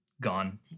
Gone